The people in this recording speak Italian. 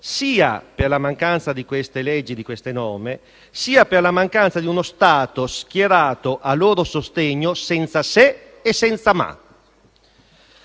sia per la mancanza di norme di questo tipo sia per la mancanza di uno Stato schierato a loro sostegno senza se e senza ma.